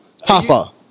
Papa